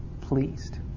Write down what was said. pleased